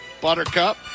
buttercup